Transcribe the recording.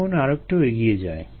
এখন আরেকটু এগিয়ে যাই